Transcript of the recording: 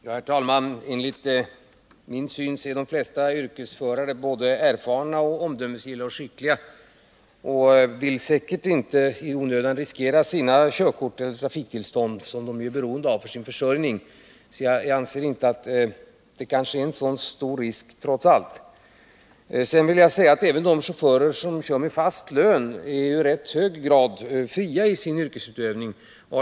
Herr talman! Enligt min mening är de flesta yrkesförare erfarna, omdömesgilla och skickliga och vill säkert inte i onödan riskera sina körkort eller trafiktillstånd, som de är beroende av för sin försörjning. Jag anser därför trots allt inte att det här är en så stor risk. Även de chaufförer som har fast lön är i rätt hög grad fria i sin yrkesutövning.